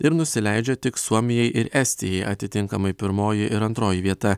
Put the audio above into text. ir nusileidžia tik suomijai ir estijai atitinkamai pirmoji ir antroji vieta